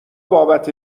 بابت